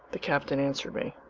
the captain answered me,